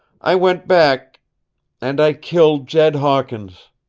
i went back and i killed jed hawkins.